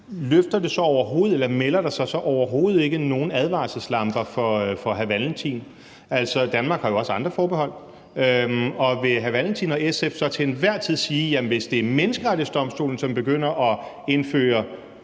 er bemærkelsesværdigt, viser der sig så overhovedet ikke nogen advarselslamper for hr. Carl Valentin? Danmark har jo også andre forbehold, og vil hr. Carl Valentin og SF så til enhver tid sige, at hvis det er Menneskerettighedsdomstolen, der begynder at indføre